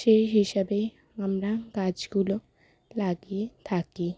সেই হিসাবেই আমরা গাছগুলো লাগিয়ে থাকি